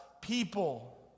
people